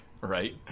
Right